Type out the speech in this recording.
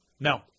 No